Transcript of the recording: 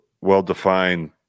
well-defined